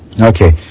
Okay